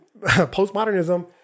postmodernism